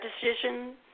decision